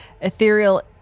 Ethereal